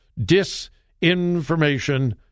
disinformation